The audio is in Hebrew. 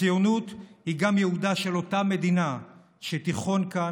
הציונות היא גם ייעודה של אותה מדינה שתיכון כאן,